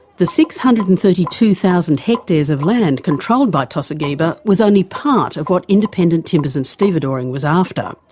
the six hundred and thirty two thousand hectares of land controlled by tosigiba was only part of what independent timbers and stevedoring was after.